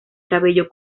cabello